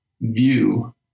view